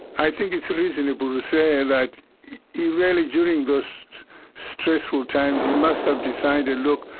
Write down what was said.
i think it's reasonable to say that he really during those stressful times, he must have decided look,